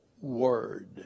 word